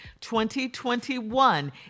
2021